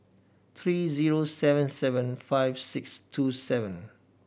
three zero seven seven five six two seven